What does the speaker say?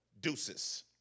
deuces